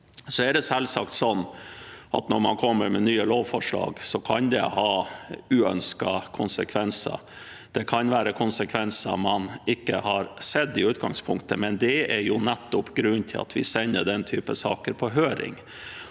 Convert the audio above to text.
når man kommer med nye lovforslag, kan det ha uønskede konsekvenser. Det kan være konsekvenser man ikke har sett i utgangspunktet. Det er nettopp grunnen til at vi sender den type saker på høring.